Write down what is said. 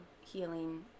healing